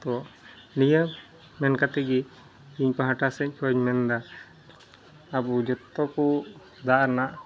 ᱛᱚ ᱱᱤᱭᱟᱹ ᱢᱮᱱ ᱠᱟᱛᱮᱫᱜᱮ ᱤᱧ ᱯᱟᱦᱚᱴᱟᱥᱮᱫ ᱠᱷᱚᱱ ᱤᱧ ᱢᱮᱱ ᱮᱫᱟ ᱟᱵᱚ ᱡᱚᱛᱚᱠᱚ ᱫᱟᱜ ᱨᱮᱱᱟᱜ